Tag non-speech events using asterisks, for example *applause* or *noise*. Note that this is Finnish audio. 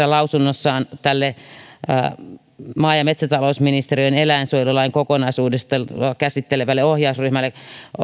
*unintelligible* lausunnossaan maa ja metsätalousministeriön eläinsuojelulain kokonaisuudistusta käsittelevälle ohjausryhmälle